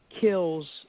kills